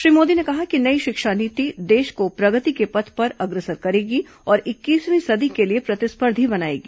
श्री मोदी ने कहा कि नई शिक्षा नीति देश को प्रगति के पथ पर अग्रसर करेगी और इक्कीसवीं सदी के लिए प्रतिस्पर्धी बनाएगी